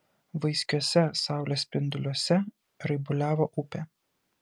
vaiskiuose saulės spinduliuose raibuliavo upė